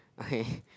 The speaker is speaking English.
okay